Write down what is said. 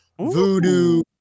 Voodoo